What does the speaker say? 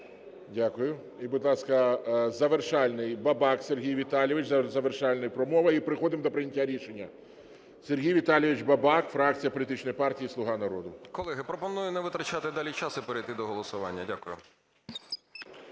Дякую. І, будь ласка, завершальний, Бабак Сергій Віталійович. Завершальна промова і переходимо до прийняття рішення. Сергій Віталійович Бабак, фракція політичної партії "Слуга народу". 12:19:24 БАБАК С.В. Колеги, пропоную не витрачати далі час і перейти до голосування. Дякую.